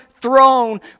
throne